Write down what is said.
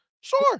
sure